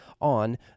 on